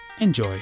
Enjoy. (